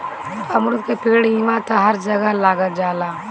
अमरूद के पेड़ इहवां हर जगह लाग जाला